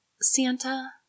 Santa